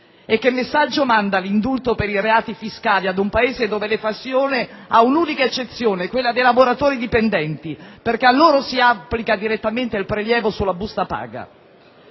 Che messaggio manda l'indulto per i reati fiscali ad un Paese dove l'evasione ha una unica eccezione, quella dei lavoratori dipendenti, perché a loro si applica direttamente il prelievo sulla busta paga?